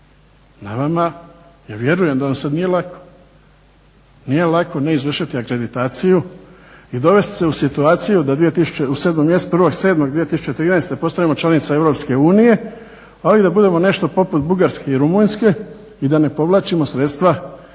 Na vama, ja vjerujem da vam sad nije lako. Nije lako ne izvršiti akreditaciju i dovest se u situaciju da 1.7. 2013. postanemo članica EU ali da budemo nešto poput Bugarske i Rumunjske i da ne povlačimo sredstva iz